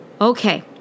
Okay